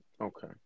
Okay